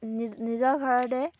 নিজ নিজৰ ঘৰতে